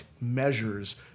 measures